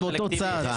אנחנו באותו צד.